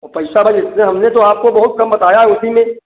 और पैसा अबै इसमें हमने तो आपको बहुत कम बताया है उसी में